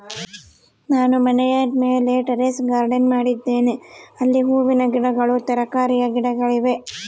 ನಾನು ಮನೆಯ ಮೇಲೆ ಟೆರೇಸ್ ಗಾರ್ಡೆನ್ ಮಾಡಿದ್ದೇನೆ, ಅಲ್ಲಿ ಹೂವಿನ ಗಿಡಗಳು, ತರಕಾರಿಯ ಗಿಡಗಳಿವೆ